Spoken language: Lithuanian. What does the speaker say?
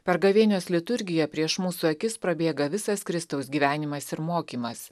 per gavėnios liturgiją prieš mūsų akis prabėga visas kristaus gyvenimas ir mokymas